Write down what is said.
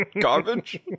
garbage